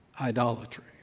idolatry